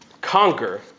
conquer